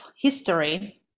history